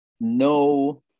no